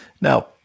Now